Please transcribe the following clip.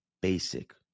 Basic